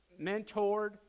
mentored